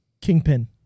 Kingpin